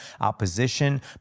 opposition